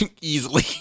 easily